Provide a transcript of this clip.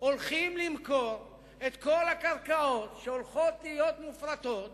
הולכים למכור את כל הקרקעות שהולכות להיות מופרטות